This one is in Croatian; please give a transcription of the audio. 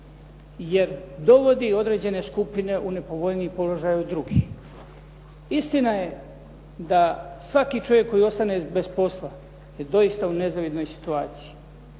jer dovodi određene skupine u nepovoljniji položaj od drugih. Istina je da svaki čovjek koji ostane bez posla je doista u nezavidnoj situaciji.